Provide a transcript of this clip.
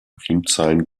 primzahlen